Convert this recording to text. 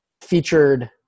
featured